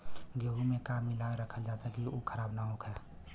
गेहूँ में का मिलाके रखल जाता कि उ खराब न हो?